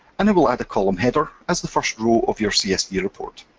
and it will add a column header as the first row of your csv report.